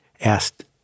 asked